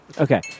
Okay